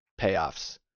payoffs